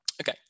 okay